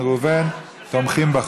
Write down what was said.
נגד,